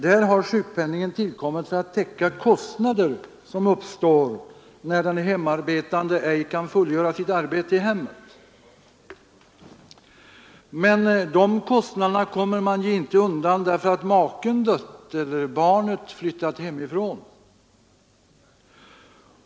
Där har sjukpenningen tillkommit för att täcka kostnader som uppstår när den hemarbetande ej kan fullgöra sitt arbete i hemmet. Men de kostnaderna kommer man ju inte undan därför att maken dött eller barnet flyttat hemifrån.